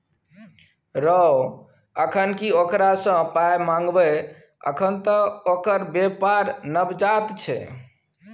रौ अखन की ओकरा सँ पाय मंगबै अखन त ओकर बेपार नवजात छै